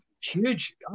huge